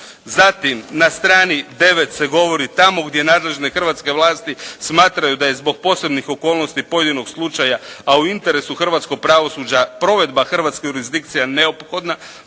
Zatim na strani 9 se govori tamo gdje nadležne hrvatske vlasti smatraju da je zbog posebnih okolnosti pojedinog slučaja, a u interesu hrvatskog pravosuđa provedba Hrvatskoj jurisdikcija neophodna